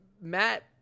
matt